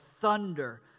thunder